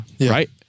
Right